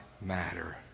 matter